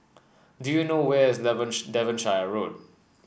do you know where is Devonshire Road